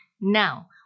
Now